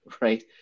right